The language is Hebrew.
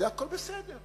זה הכול בסדר,